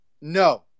No